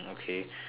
okay